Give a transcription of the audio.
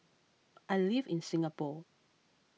I live in Singapore